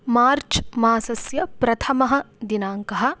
मार्च् मासस्य प्रथमः दिनाङ्कः